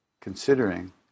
considering